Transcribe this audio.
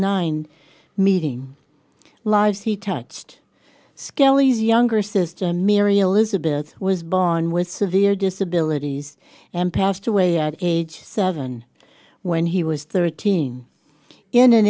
nine meeting lives he touched skellies younger sister mary elizabeth was born with severe disabilities and passed away at age seven when he was thirteen in an